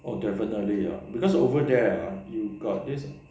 oh definitely lah because over there ah you got this